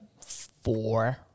Four